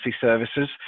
services